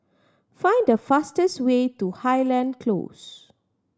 find the fastest way to Highland Close